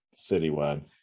citywide